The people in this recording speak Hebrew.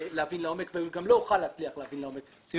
לעומק ואני גם לא אוכל להצליח להבין לעומק.